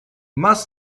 must